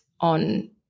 on